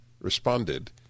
responded